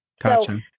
Gotcha